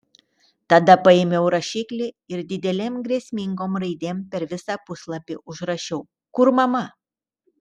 tada paėmiau rašiklį ir didelėm grėsmingom raidėm per visą puslapį užrašiau kur mama